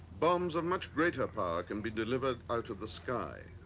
bombs of much greater power can be delivered out of the sky.